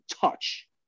touch